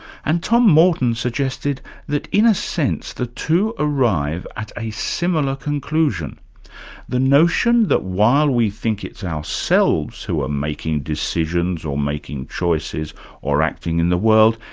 and tom morton suggested that, in a sense, the two arrive at a similar conclusion the notion that while we think it's ourselves who are making decisions or making choices or acting in the world,